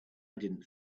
didn’t